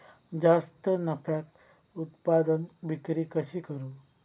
जास्त नफ्याक उत्पादन विक्री कशी करू?